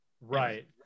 right